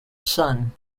son